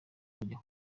bajya